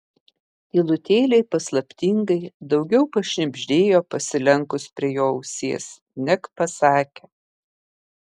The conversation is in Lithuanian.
tylutėliai paslaptingai daugiau pašnibždėjo pasilenkus prie jo ausies neg pasakė